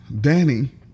Danny